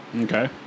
Okay